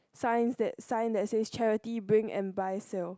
sign that sign that says charity bring and buy sale